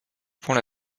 prends